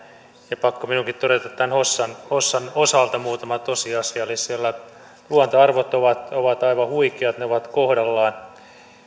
ja pakko minunkin todeta hossan hossan osalta muutama tosiasia siellä luontoarvot ovat ovat aivan huikeat ne ovat kohdallaan